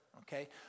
okay